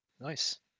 Nice